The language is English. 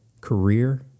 career